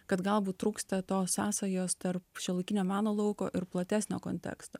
kad galbūt trūksta to sąsajos tarp šiuolaikinio meno lauko ir platesnio konteksto